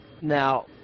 Now